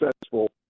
successful